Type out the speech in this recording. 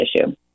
issue